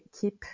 keep